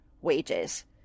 wages